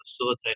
facilitate